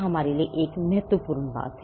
हमारे लिए एक महत्वपूर्ण बात है